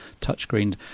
touchscreen